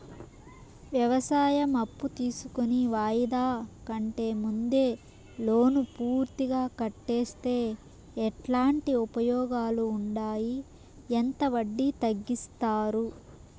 వ్యవసాయం అప్పు తీసుకొని వాయిదా కంటే ముందే లోను పూర్తిగా కట్టేస్తే ఎట్లాంటి ఉపయోగాలు ఉండాయి? ఎంత వడ్డీ తగ్గిస్తారు?